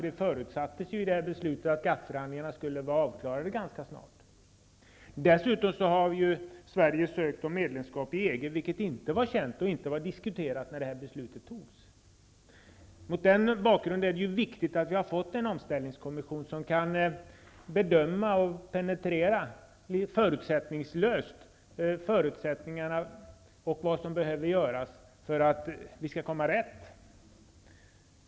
Det förutsattes i beslutet att de skulle vara avklarade ganska snart. Dessutom har Sverige ansökt om medlemskap i EG, vilket inte var känt och inte diskuterat när beslutet togs. Mot den bakgrunden är det ju viktigt att vi har fått en omställningskommission som förutsättningslöst kan bedöma och penetrera vad som behöver göras för att vi skall komma rätt.